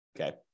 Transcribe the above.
okay